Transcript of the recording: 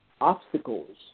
obstacles